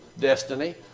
destiny